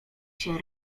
się